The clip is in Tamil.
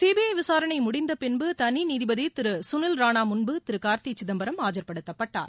சிபிஐ விசாரணை முடிந்த பின்பு தனி நீதிபதி திரு சுனில் ராணா முன்பு திரு கார்த்தி சிதம்பரம் ஆஜர்படுத்தப்பட்டார்